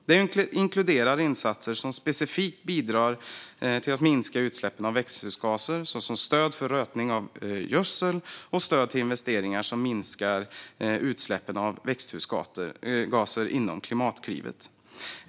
Det inkluderar insatser som specifikt bidrar till att minska utsläppen av växthusgaser, såsom stöd för rötning av gödsel och stöd till investeringar som minskar utsläppen av växthusgaser inom Klimatklivet.